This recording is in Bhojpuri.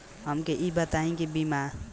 हमके ई बताई कि बीमा केतना साल ला कम से कम होई?